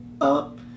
up